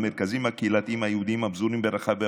המרכזים הקהילתיים היהודים הפזורים ברחבי